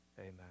amen